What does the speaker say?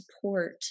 support